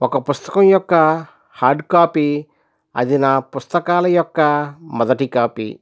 ఒక పుస్తకం యొక్క హార్డ్ కాపీ అది నా పుస్తకాల యొక్క మొదటి కాపీ